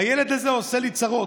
הילד הזה עושה לי צרות.